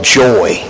joy